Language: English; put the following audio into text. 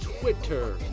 Twitter